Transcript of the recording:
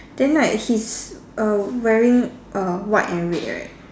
then right he's uh wearing uh white and red right